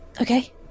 Okay